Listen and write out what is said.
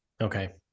Okay